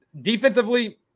defensively